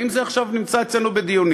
האם זה נמצא עכשיו אצלנו בדיונים?